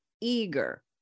eager